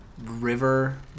River